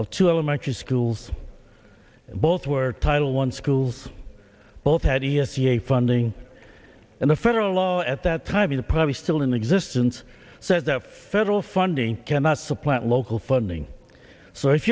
of two elementary schools and both were title one schools both had e s e a funding and the federal law at that time to probably still in existence said that federal funding cannot supplant local funding so if